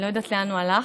אני לא יודעת לאן הוא הלך.